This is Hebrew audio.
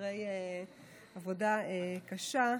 אחרי עבודה קשה,